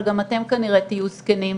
אבל גם אתם כנראה תהיו זקנים.